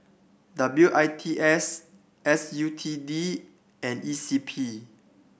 W I T S S U T D and E C P